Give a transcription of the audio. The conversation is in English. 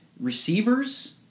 Receivers